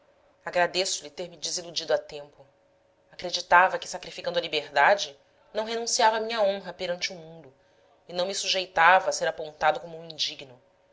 o mundo agradeço-lhe ter me desiludido a tempo acreditava que sacrificando a liberdade não renunciava à minha honra perante o mundo e não me sujeitava a ser apontado como um indigno